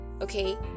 Okay